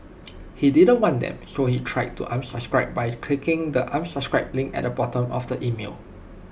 he didn't want them so he tried to unsubscribe by clicking the unsubscribe link at the bottom of the email